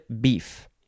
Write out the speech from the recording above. beef